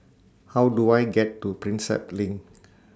How Do I get to Prinsep LINK